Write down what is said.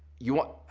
you want,